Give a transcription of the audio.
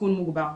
בסיכון מוגבר.